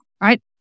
right